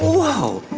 whoa,